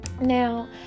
Now